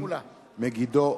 "מגידו",